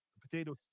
Potato